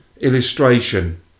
illustration